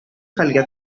хәлгә